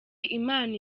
imana